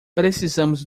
precisamos